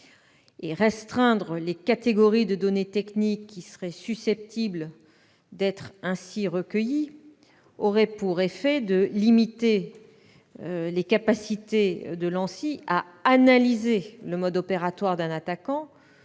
Restreindre les catégories de données techniques susceptibles d'être ainsi recueillies aurait pour effet de limiter les capacités de l'ANSSI à analyser le mode opératoire d'un attaquant,